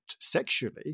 sexually